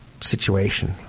situation